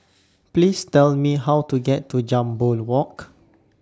Please Tell Me How to get to Jambol Walk